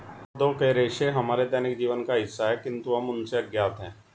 पौधों के रेशे हमारे दैनिक जीवन का हिस्सा है, किंतु हम उनसे अज्ञात हैं